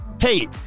Hey